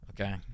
Okay